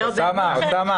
אוסאמה,